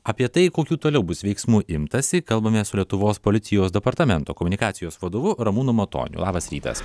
apie tai kokių toliau bus veiksmų imtasi kalbamės su lietuvos policijos departamento komunikacijos vadovu ramūnu matoniu labas rytas